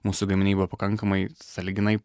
mūsų gaminiai buvo pakankamai sąlyginai